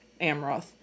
Amroth